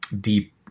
deep